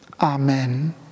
Amen